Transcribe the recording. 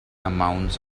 amounts